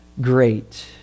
great